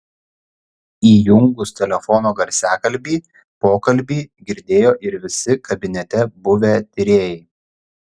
įjungus telefono garsiakalbį pokalbį girdėjo ir visi kabinete buvę tyrėjai